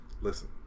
listen